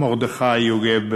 מרדכי יוגב.